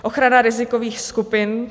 Ochrana rizikových skupin.